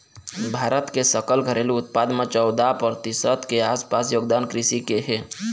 भारत के सकल घरेलू उत्पाद म चउदा परतिसत के आसपास योगदान कृषि के हे